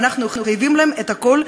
שאנחנו חייבים להם את הכול,